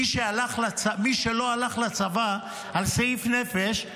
מי שלא הלך לצבא על סעיף נפש,